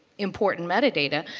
important metadata,